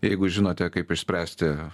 jeigu žinote kaip išspręsti